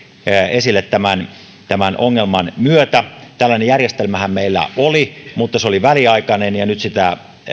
esille tämän tämän ongelman myötä tällainen järjestelmähän meillä oli mutta se oli väliaikainen ja nyt sitä